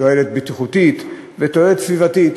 תועלת בטיחותית ותועלת סביבתית.